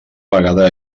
vegada